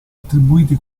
attribuiti